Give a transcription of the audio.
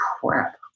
crap